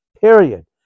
period